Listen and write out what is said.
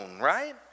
right